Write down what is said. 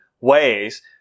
ways